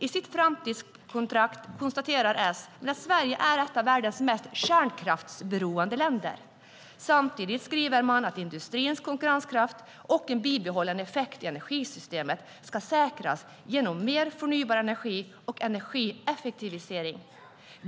I sitt framtidskontrakt konstaterar S att Sverige är ett av världen mest kärnkraftsberoende länder. Samtidigt skriver de att industrins konkurrenskraft och en bibehållen effekt i energisystemet ska säkras genom mer förnybar energi och energieffektiviseringar.